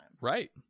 right